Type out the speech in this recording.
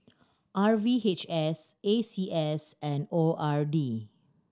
R V H S A C S and O R D